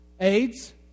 AIDS